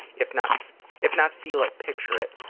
if not if not feel it, picture it,